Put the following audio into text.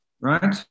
right